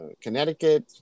Connecticut